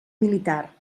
militar